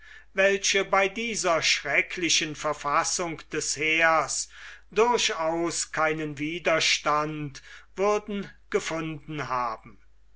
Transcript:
welche bei dieser schrecklichen verfassung des heers durchaus keinen widerstand würden gefunden haben